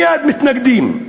מייד מתנגדים.